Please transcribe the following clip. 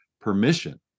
permission